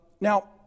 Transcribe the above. Now